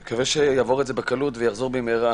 אני מקווה שיעבור את זה בקלות ויחזור במהרה